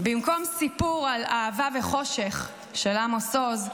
במקום "סיפור על אהבה וחושך" של עמוס עוז,